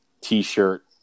t-shirt